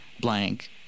blank